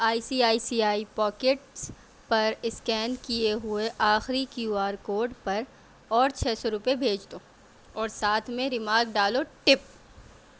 I C I C I pockets پر scan کیے ہوئے آخری کیو آر کوڈ پر اور چھ سو روپئے بھیج دو اور ساتھ میں ریمارک ڈالو ٹپ